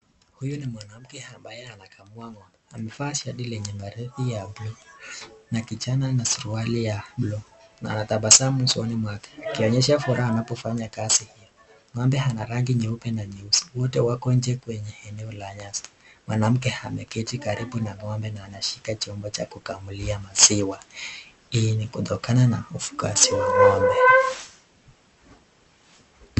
Huyu ni mwanamke ambaye anakamua ng'ombe. Amevaa shati lenye miraba ya blue na kichana na suruali ya blue , na anataabassamu usoni mwake. Akionyesha furaha anapofanya kazi. Ng'ombe ana rangi nyeupe na nyeusi. Wote wako nje kwenye eneo la nyasi. Mwanamke ameketi karibu na ng'ombe na anashika chombo cha kukamulia maziwa. Hii ni kutokana na ufugaji wa ng'ombe.